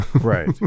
Right